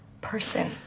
person